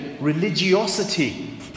religiosity